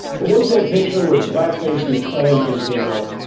but once that picture with the blackface and the klansmen came out,